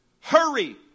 hurry